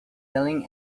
yelling